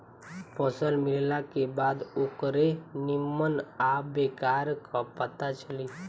फसल मिलला के बाद ओकरे निम्मन आ बेकार क पता चली